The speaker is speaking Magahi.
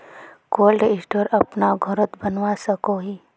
कोल्ड स्टोर अपना घोरोत बनवा सकोहो ही?